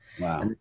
Wow